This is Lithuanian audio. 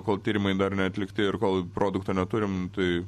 kol tyrimai dar neatlikti ir kol produkto neturim tai